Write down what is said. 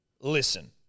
listen